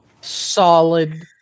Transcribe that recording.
solid